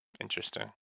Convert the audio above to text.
Interesting